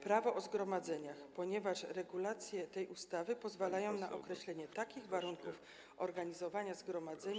Prawo o zgromadzeniach, ponieważ regulacje tej ustawy pozwalają na określenie takich warunków organizowania zgromadzenia.